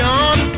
on